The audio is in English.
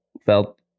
felt